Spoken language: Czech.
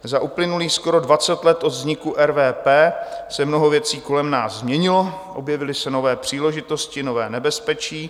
Za uplynulých skoro dvacet let od vzniku RVP se mnoho věcí kolem nás změnilo, objevily se nové příležitosti, nová nebezpečí.